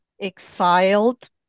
Exiled